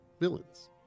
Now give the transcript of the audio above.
villains